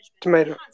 Tomato